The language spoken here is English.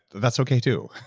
that's okay too,